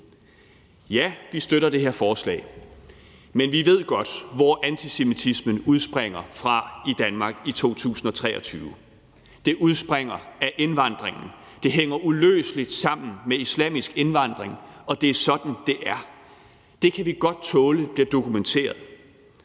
Ja, vi støtter det her forslag, men vi ved godt, hvor antisemitismen udspringer fra i Danmark i 2023. Den udspringer af indvandringen. Det hænger uløseligt sammen med islamisk indvandring, og det er sådan, det er. Det kan vi godt tåle bliver dokumenteret.